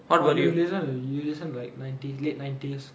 oh you listen to you listen to nineties late nineties